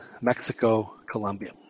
Mexico-Colombia